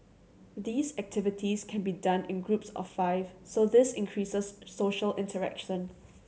these activities can be done in groups of five so this increases social interaction